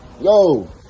Yo